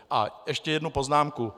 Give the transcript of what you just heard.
A ještě jednu poznámku.